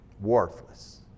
Worthless